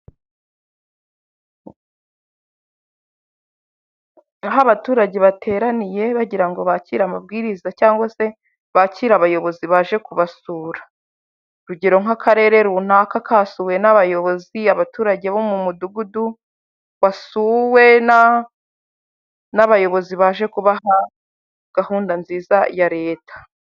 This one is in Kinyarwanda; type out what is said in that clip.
Aho abaturage bateraniye bagira ngo bakire amabwiriza cyangwa se bakire abayobozi baje kubasura, urugero nk'akarere runaka kasuwe n'abayobozi, abaturage bo mu mudugudu basuwe n'abayobozi baje kubaha gahunda nziza ya leta.